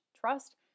trust